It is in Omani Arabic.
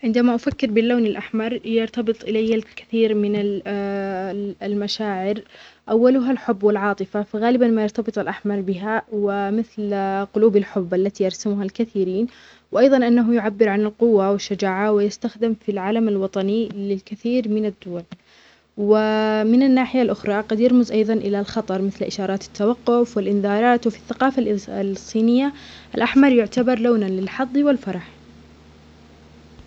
عندما أفكر باللون الأحمر يرتبط إلي الكثير من ال المشاعر أولها الحب والعاطفة، فغالبًا ما يرتبط الأحمر بها وقل- قلوب الحب التي يرسمها الكثيرين، وأيضًا أنه يعبر عن القوة و الشجاعة، و يستخدم في العلم الوطني للكثير من الدول، و من الناحية الأخرى قد يرمز أيضًا إلى الخطر مثل إشارات التوقف وفي الإنذارات، وفي الثقافة الصينية الأحمر يعتبر لونًا للحظ والفرح.